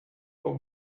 but